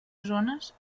zones